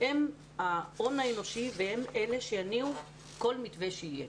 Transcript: הם ההון האנושי והם אלה שיניעו כל מתווה שיהיה.